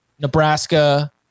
Nebraska